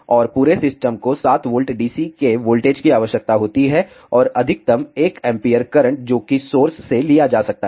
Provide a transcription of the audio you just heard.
और पूरे सिस्टम को 7 V DC के वोल्टेज की आवश्यकता होती है और अधिकतम 1 A करंट जो कि सोर्स से लिया जा सकता है